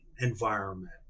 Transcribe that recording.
environment